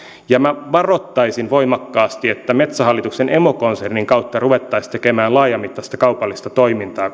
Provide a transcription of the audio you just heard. ja minä varoittaisin voimakkaasti että metsähallituksen emokonsernin kautta ruvettaisiin tekemään laajamittaista kaupallista toimintaa